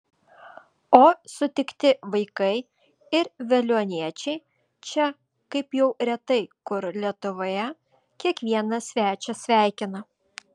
o sutikti vaikai ir veliuoniečiai čia kaip jau retai kur lietuvoje kiekvieną svečią sveikina